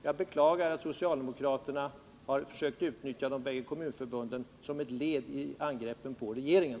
Jag beklagar att socialdemokraterna har försökt utnyttja de båda kommunförbunden såsom ett led i angreppen på regeringen.